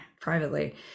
privately